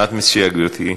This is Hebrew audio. מה את מציעה, גברתי?